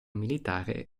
militare